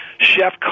chef